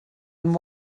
and